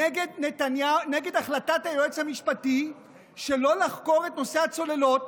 נגד החלטת היועץ המשפטי שלא לחקור את נושא הצוללות,